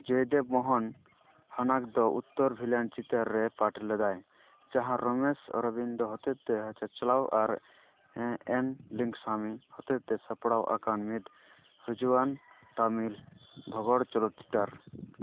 ᱡᱚᱭᱫᱮᱵᱽ ᱢᱳᱦᱚᱱ ᱦᱟᱱᱟᱜᱽ ᱫᱚ ᱩᱛᱛᱚᱨ ᱵᱷᱤᱞᱮᱱ ᱪᱤᱛᱟᱹᱨ ᱨᱮᱭ ᱯᱟᱴ ᱞᱮᱫᱟᱭ ᱡᱟᱦᱟᱸ ᱨᱚᱢᱮᱨᱥ ᱚᱨᱚᱵᱤᱱᱫᱚ ᱦᱚᱛᱮᱡᱛᱮ ᱪᱟᱪᱼᱞᱟᱣ ᱟᱨ ᱮ ᱮᱱ ᱞᱤᱝᱥᱟᱢᱤ ᱦᱚᱛᱮᱛᱮ ᱥᱟᱯᱲᱟᱣ ᱟᱠᱟᱱ ᱢᱤᱫᱽ ᱦᱩᱡᱩᱜᱼᱟᱱ ᱛᱟᱹᱢᱤᱞ ᱵᱷᱚᱲᱚᱜ ᱪᱚᱞᱚᱛ ᱪᱤᱛᱟᱹᱨ